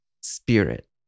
Spirit